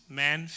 man